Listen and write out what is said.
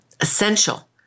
essential